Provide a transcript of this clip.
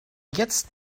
jetzt